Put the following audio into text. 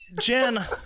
Jen